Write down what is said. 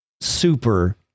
super